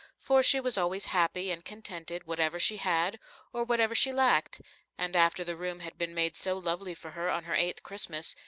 for she was always happy and contented whatever she had or whatever she lacked and after the room had been made so lovely for her, on her eighth christmas,